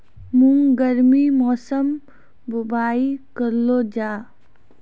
मूंग गर्मी मौसम बुवाई करलो जा?